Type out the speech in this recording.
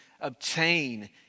obtain